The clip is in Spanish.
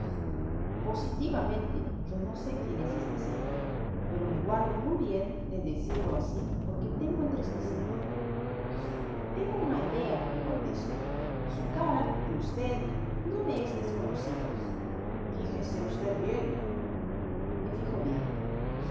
positivamente yo no sé quién es este señor pero me guardo muy bien de decirlo así porque temo entristecerlo tengo una idea le contesto su cara de usted no me es desconocida fíjese usted bien me fijo bien